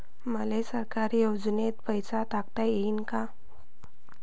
मले सरकारी योजतेन पैसा टाकता येईन काय?